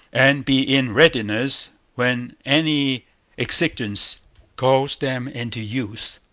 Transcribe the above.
and be in readiness when any exigence calls them into use.